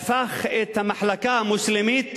הפך את המחלקה המוסלמית